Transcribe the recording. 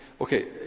okay